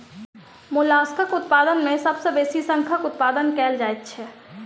मोलास्कक उत्पादन मे सभ सॅ बेसी शंखक उत्पादन कएल जाइत छै